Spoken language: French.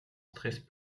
stress